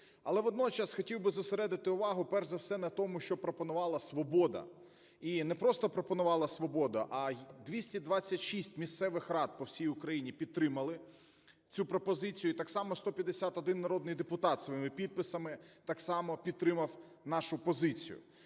Але водночас хотів би зосередити увагу перш за все на тому, що пропонувала "Свобода" і не просто пропонувала "Свобода", а й 226 місцевих рад по всій Україні підтримали цю пропозицію. І так само 151 народний депутат своїми підписами так само підтримав нашу позицію.